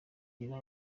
agira